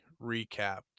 recapped